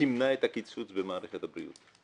תמנע את הקיצוץ במערכת הבריאות.